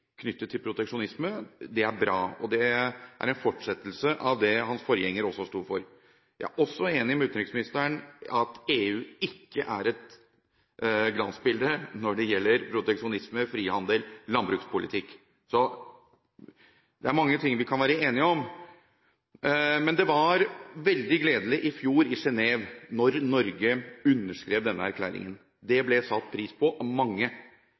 knyttet til proteksjonisme – det er bra. Det er en fortsettelse av det hans forgjenger også sto for. Jeg er også enig med utenriksministeren i at EU ikke er et glansbilde når det gjelder proteksjonisme, frihandel og landbrukspolitikk. Det er mange ting vi kan være enige om. Det var veldig gledelig i fjor i Genève da Norge underskrev denne erklæringen. Det ble satt pris på av mange.